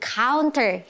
counter